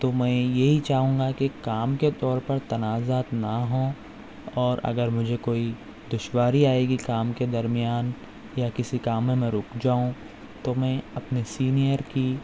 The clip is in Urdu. تو میں یہی چاہوں گا کہ کام کے طور پر تنازعات نہ ہوں اور اگر مجھے کوئی دشواری آئے گی کام کے درمیان یا کسی کاموں میں رک جاؤں تو میں اپنے سینئر کی